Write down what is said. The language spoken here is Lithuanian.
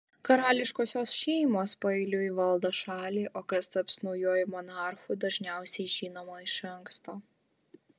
karališkosios šeimos paeiliui valdo šalį o kas taps naujuoju monarchu dažniausiai žinoma iš anksto